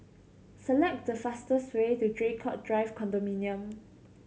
select the fastest way to Draycott Drive Condominium